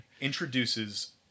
introduces